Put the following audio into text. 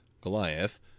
Goliath